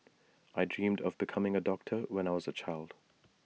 I dreamt of becoming A doctor when I was A child